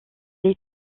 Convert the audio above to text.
est